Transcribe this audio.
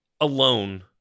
alone